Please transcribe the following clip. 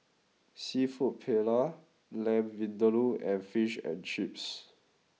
Seafood Paella Lamb Vindaloo and Fish and Chips